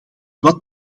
wat